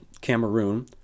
Cameroon